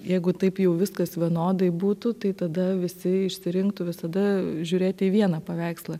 jeigu taip jau viskas vienodai būtų tai tada visi išsirinktų visada žiūrėti į vieną paveikslą